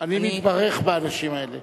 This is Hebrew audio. אני מתברך באנשים האלה.